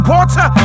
Water